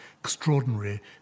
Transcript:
extraordinary